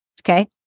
Okay